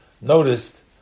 noticed